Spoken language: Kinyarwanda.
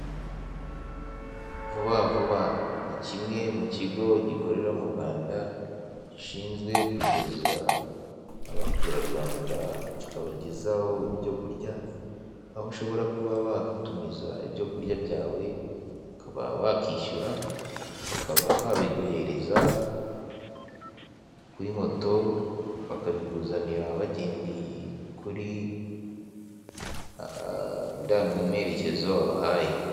Vuba vuba ni kimwe mu kigo gikorera mu Rwanda gishinzwe kugeza abaturarwanda, kikabagezaho ibyo kurya aho ushobora kuba watumiza ibyo kurya byawe ukaba wakishyura bakaba babiguhereza kuri moto bakabikuzanira bagendeye kuri indangamerekezo wabahaye.